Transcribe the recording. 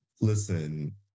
listen